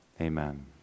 amen